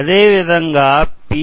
అదే విధం గా పి